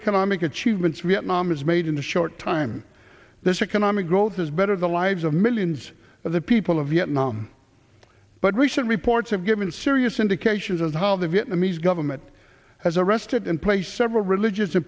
economic achievements vietnam has made in the short time this economic growth is better the lives of millions of the people of vietnam but recent reports have given serious indications of how the vietnamese government has arrested in place several religious a